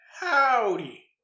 Howdy